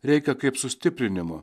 reikia kaip sustiprinimo